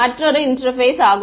மற்றொரு இன்டெர்பேஸ் ஆகும்